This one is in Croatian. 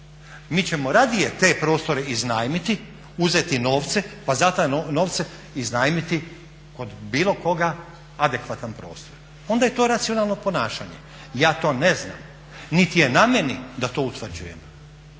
Mi ćemo radije te prostore iznajmiti, uzeti novce pa za te novce iznajmiti kod bilo koga adekvatan prostor. Onda je to racionalno ponašanje. Ja to ne znam, niti je na meni da to utvrđuje